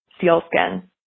sealskin